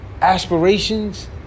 aspirations